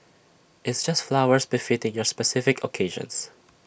it's just flowers befitting your specific occasions